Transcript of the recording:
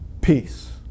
peace